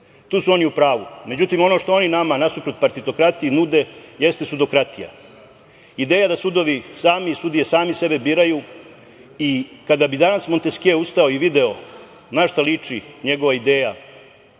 su oni u pravu, međutim, ono što oni nama nasuprot partitokratije nude jeste sudokratija, ideja da sudovi i sudije sami sebe biraju. I kada bi danas Monteskje ustao i video na šta liči njegova ideja